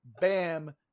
Bam